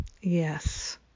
Yes